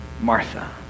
Martha